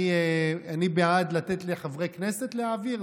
אני בעד לתת לחברי כנסת להעביר.